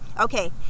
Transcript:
Okay